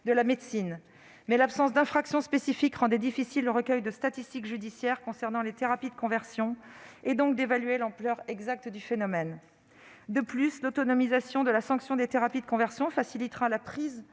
de la médecine. Mais l'absence d'infraction spécifique rendait difficile le recueil de statistiques judiciaires concernant les thérapies de conversion, donc l'évaluation de l'ampleur du phénomène. De plus, l'autonomisation de la sanction des thérapies de conversion facilitera la prise